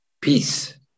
peace